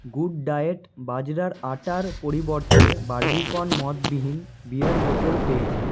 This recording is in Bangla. গুড ডায়েট বাজরার আটার পরিবর্তে বারবিকন মদবিহীন বিয়ার বোতল পেয়েছি